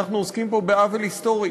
אנחנו עוסקים פה בעוול היסטורי.